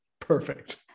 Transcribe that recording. perfect